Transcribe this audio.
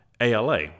ALA